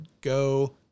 go